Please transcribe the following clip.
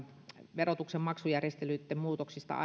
verotuksen maksujärjestelyitten muutoksista